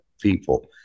people